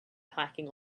hiking